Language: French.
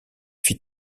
fit